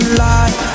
life